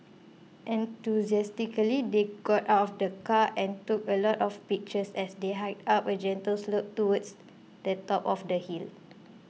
enthusiastically they got out of the car and took a lot of pictures as they hiked up a gentle slope towards the top of the hill